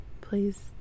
please